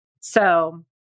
So-